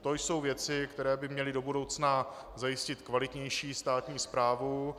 To jsou věci, které by měly do budoucna zajistit kvalitnější státní správu.